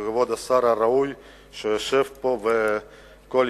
שכבוד השר הראוי יושב פה וכמעט